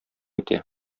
итә